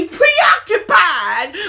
preoccupied